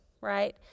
right